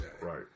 right